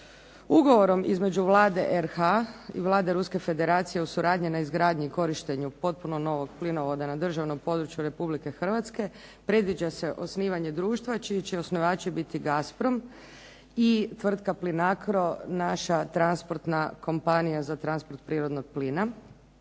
Ugovorom između Vlade RH i Vlade Ruske Federacije o suradnji na izgradnji i korištenju potpuno novog plinovoda na državnom području Republike Hrvatske predviđa se osnivanje društva čiji će osnivači biti "Gasprom" i tvrtka "Plinacro", naša transportna kompanija za transport prirodnog plina